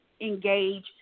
engage